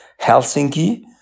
Helsinki